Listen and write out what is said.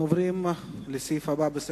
אנחנו עוברים לסעיף הבא: